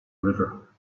river